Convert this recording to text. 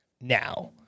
now